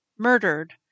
murdered